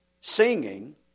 singing